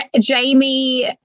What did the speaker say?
Jamie